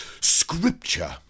scripture